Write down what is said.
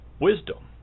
Wisdom